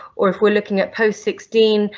or if we're looking at post sixteen,